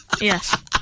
Yes